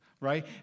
right